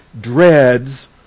dreads